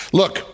look